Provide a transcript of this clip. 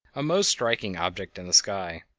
a most striking object in the sky.